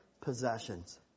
possessions